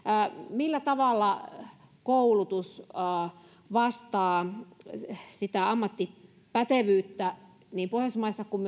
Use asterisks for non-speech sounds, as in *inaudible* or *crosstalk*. millä tavalla koulutus vastaa sitä ammattipätevyyttä niin pohjoismaissa kuin *unintelligible*